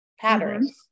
patterns